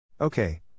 Okay